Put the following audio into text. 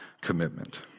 commitment